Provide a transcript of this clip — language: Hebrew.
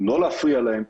לא להפריע להן.